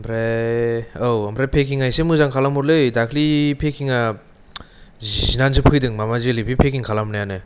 ओमफ्राय औ ओमफ्राय पेकिंआ एसे मोजां खालाम हरलै दाख्लि पेकिंआ जिनानैसो फैदों माबा जेलेफि पेकिं खालामनायानो